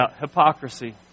hypocrisy